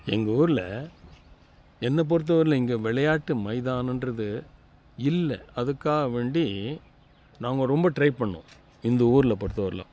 எங்கள் ஊரில் என்ன பொறுத்த வரையிலும் இங்கே விளையாட்டு மைதானன்றது இல்லை அதுக்காக வேண்டி நாங்கள் ரொம்ப ட்ரை பண்ணோம் இந்த ஊரில் பொறுத்தவரையிலும்